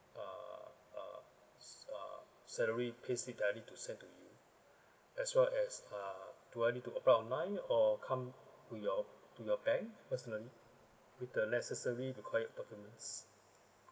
uh uh uh salary payslip do I need to send to you as well as ah do I need to apply online or come to your to your bank personally with the necessary required documents